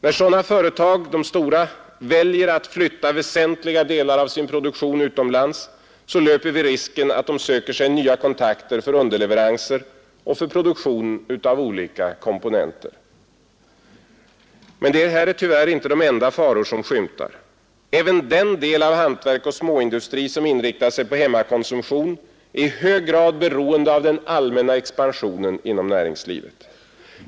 När sådana företag — de stora — väljer att flytta väsentliga delar av sin produktion utomlands löper vi risken att de söker sig nya kontakter för underleveranser och för produktion av olika komponenter. Men det här är tyvärr inte de enda faror som skymtar. Även den del av hantverk och småindustri som inriktat sig på hemmakonsumtion är i hög grad beroende av den allmänna expansionen inom näringslivet.